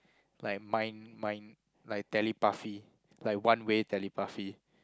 like mind mind like telepathy like one way telepathy